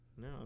No